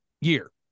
year